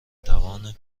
توان